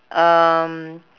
um